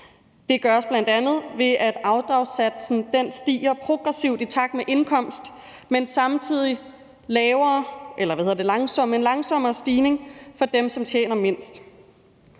Det gøres bl.a. ved, at afdragssatsen stiger progressivt i takt med indkomst, men samtidig med en langsommere stigning for dem, som tjener mindst.